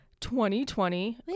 2020